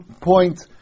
point